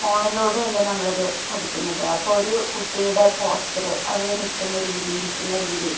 ഫോണിലൂടെയല്ലെ നമ്മൾ ഇത് പഠിക്കുന്നത് അപ്പം ഒരു കുട്ടിയുടെ പോസ്ച്ചറ് അവർ നിൽക്കുന്ന രീതി ഇരിക്കുന്ന രീതി